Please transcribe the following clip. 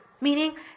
meaning